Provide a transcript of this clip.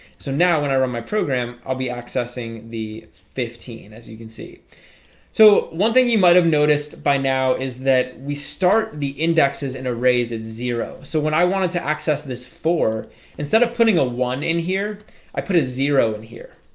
so now when i run my program i'll be accessing the fifteen as you can see so one thing you might have noticed by now is that we start the indexes and arrays at zero so when i wanted to access this four instead of putting a one in here i put a zero in here,